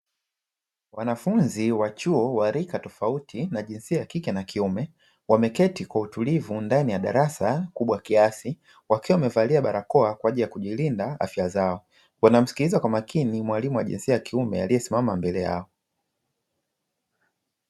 Wanafunzi wa chuo wa rika tofauti na jinsia ya kike na kiume, wameketi kwa utulivu ndani ya darasa kubwa kiasi, wakiwa wamevalia barakoa kwa ajili ya kujilinda afya zao. Wanamsikiliza kwa makini mwalimu wa jinsia ya kiume aliyesimama mbele yao.